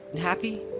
happy